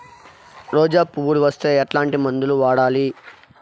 రోజా పువ్వులు వస్తే ఎట్లాంటి మందులు వాడాలి?